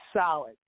solid